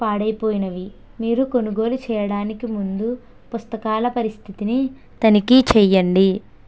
పాడైపోయినవి మీరు కొనుగోలు చేయడానికి ముందు పుస్తకాల పరిస్థితిని తనిఖీ చేయండి